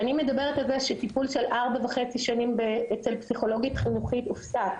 מדובר על כך שטיפול של ארבע שנים וחצי אצל פסיכולוגית חינוכית הופסק,